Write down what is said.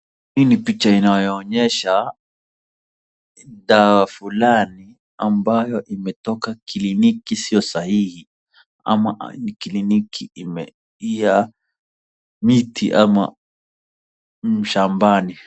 Hiibpicha inayoonyesha dawa fulani ambayo imetoka kliniki sio sahihi ama ni kliniki ya miti ama mashambani.